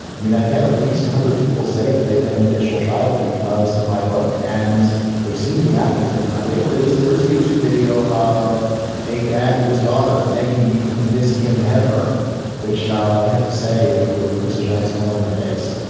i mean, i've had at least one hundred people say that they've had an additional child because of my book and they seem to be happy with it. my favorite is there is a youtube video of a dad with his daughter thanking me for convincing him to have her with shar. i have to say. oh, well, you puts a giant smile on my face